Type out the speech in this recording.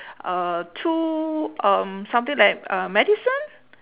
uhh two um something like a medicine